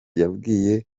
yabwiye